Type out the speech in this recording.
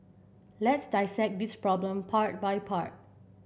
let's dissect this problem part by part